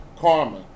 karma